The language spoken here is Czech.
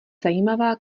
zajímavá